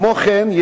כמו כן,